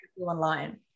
online